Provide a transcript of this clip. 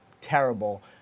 terrible